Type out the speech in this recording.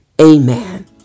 Amen